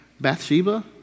Bathsheba